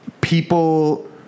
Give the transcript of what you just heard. people